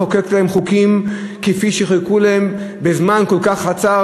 מחוקקת להם חוקים כפי שחוקקו להם בזמן כל כך קצר,